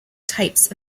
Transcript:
types